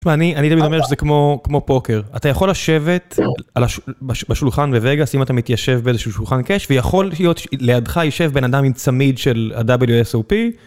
שמע, אני, אני אומר שזה כמו כמו פוקר. אתה יכול לשבת בשולחן בווגאס אם אתה מתיישב באיזה שהוא שולחן קאש, ויכול להיות לידך יושב בן אדם עם צמיד של הwsop.